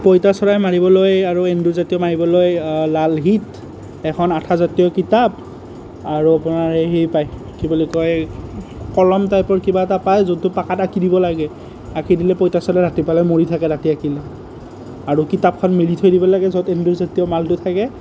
পইতাচোৰা মাৰিবলৈ আৰু এন্দুৰ জাতীয় মাৰিবলৈ লাল হিট এখন আঠাজাতীয় কিতাপ আৰু আপোনাৰ এই হেৰি পায় কি বুলি কয় কলম টাইপৰ কিবা এটা পায় যোনটো পকাত আঁকি দিব লাগে আঁকি দিলে পইতাচোৰা ৰাতিপুৱালৈ মৰি থাকে ৰাতি আঁকিলে আৰু কিতাপখন মেলি থৈ দিবা লাগে য'ত এন্দুৰজাতীয় মালটো থাকে